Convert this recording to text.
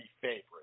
favorite